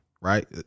Right